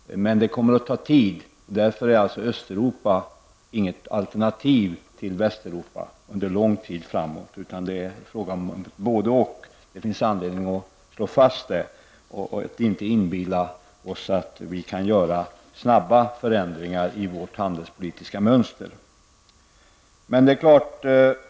Det kommer dock att ta tid. Östeuropa kommer därför under lång tid framöver inte att utgöra något alternativ till Västeuropa. Det är en fråga om både -- och. Det finns anledning att slå fast det. Vi skall inte inbilla oss att vi kan genomföra snabba förändringar i vårt handelspolitiska mönster.